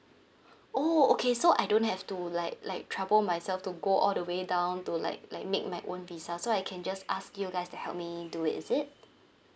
oh okay so I don't have to like like trouble myself to go all the way down to like like make my own visa so I can just ask you guys to help me do it is it